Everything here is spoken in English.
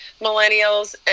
millennials